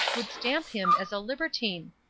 would stamp him as a libertine?